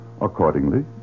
Accordingly